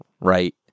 right